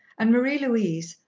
and marie-louise,